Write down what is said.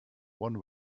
one